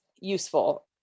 useful